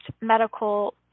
medical